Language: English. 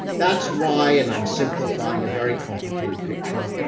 that's why, and i'm simplifying a very complicated picture.